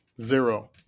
zero